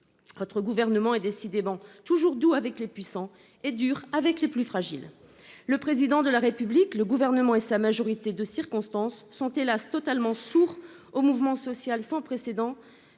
Votre gouvernement est décidément toujours doux avec les puissants et dur avec les plus fragiles ! Le Président de la République, le Gouvernement et sa majorité de circonstance sont, hélas ! totalement sourds au mouvement social sans précédent